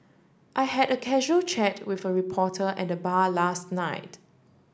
I had a casual chat with a reporter at the bar last night